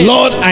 Lord